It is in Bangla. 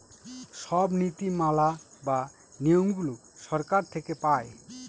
সব নীতি মালা বা নিয়মগুলো সরকার থেকে পায়